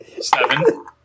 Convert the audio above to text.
seven